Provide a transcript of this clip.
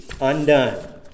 undone